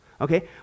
Okay